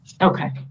Okay